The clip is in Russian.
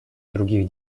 других